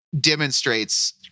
demonstrates